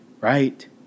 right